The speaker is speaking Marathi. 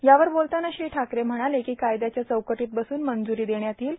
यावर बोलताना श्री ठाकरे म्हणाले कायदयाच्या चौकटांत बसून मंजूरां देण्यात येईल